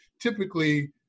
typically